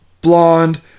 blonde